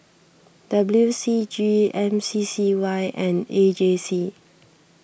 W C G M C C Y and A J C